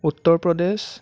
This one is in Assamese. উত্তৰ প্ৰদেশ